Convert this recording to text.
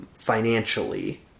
financially